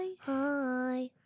hi